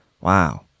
Wow